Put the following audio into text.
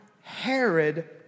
Herod